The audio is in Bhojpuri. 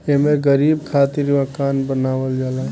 एमे गरीब खातिर मकान बनावल जाला